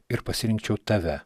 ir pasirinkčiau tave